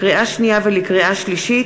לקריאה שנייה ולקריאה שלישית,